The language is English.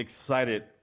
excited